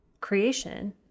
creation